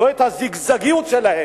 לא הזיגזגיות שלהם.